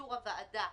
באישור הוועדה,